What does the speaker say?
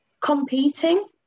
competing